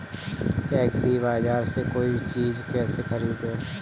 एग्रीबाजार से कोई चीज केसे खरीदें?